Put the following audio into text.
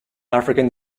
african